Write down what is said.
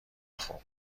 خوب